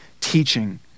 teaching